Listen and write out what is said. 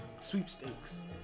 sweepstakes